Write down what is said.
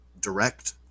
direct